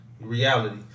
reality